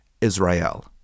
Israel